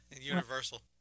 universal